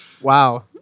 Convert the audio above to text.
Wow